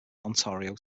ontario